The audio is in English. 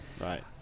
right